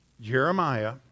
Jeremiah